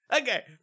okay